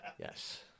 yes